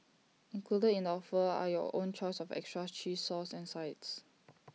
included in the offer are your own choice of extras cheese sauce and sides